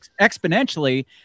exponentially